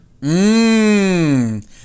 Mmm